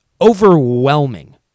Overwhelming